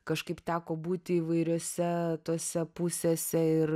kažkaip teko būti įvairiose tose pusėse ir